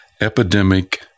epidemic